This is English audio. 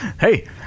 Hey